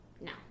no